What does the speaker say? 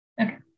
Okay